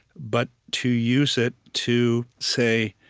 but to use it to say,